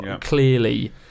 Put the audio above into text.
clearly